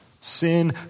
Sin